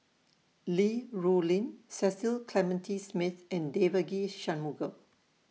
Li Rulin Cecil Clementi Smith and Devagi Sanmugam